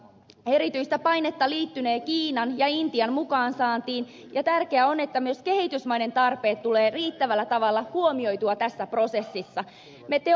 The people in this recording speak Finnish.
erityistä painetta liittynee kiinan ja intian mukaan saantiin ja tärkeää on että myös kehitysmaiden tarpeet tulevat riittävällä tavalla huomioitua tässä prosessissa